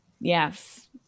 Yes